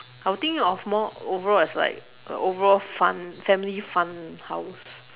I will think of more overall as like a overall fun family fun house